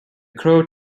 crow